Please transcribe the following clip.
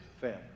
family